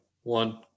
one